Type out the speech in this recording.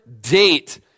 date